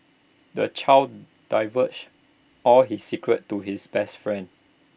the child divulged all his secrets to his best friend